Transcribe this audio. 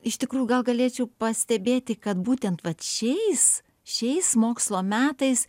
iš tikrųjų gal galėčiau pastebėti kad būtent vat šiais šiais mokslo metais